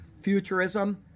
Futurism